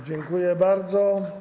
Dziękuję bardzo.